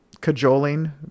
cajoling